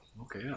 Okay